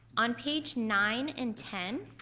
on page nine and ten,